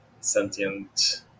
sentient